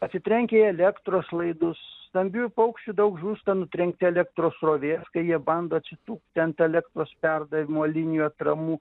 atsitrenkia į elektros laidus stambiųjų paukščių daug žūsta nutrenkti elektros srovė kai jie bando atsitūpti ant elektros perdavimo linijų atramų